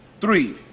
Three